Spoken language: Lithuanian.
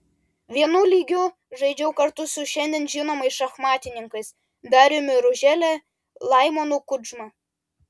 vienu lygiu žaidžiau kartu su šiandien žinomais šachmatininkais dariumi ružele laimonu kudžma